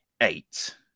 eight